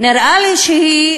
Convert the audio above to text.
נראה לי שהיא